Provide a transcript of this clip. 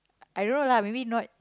I don't know lah maybe not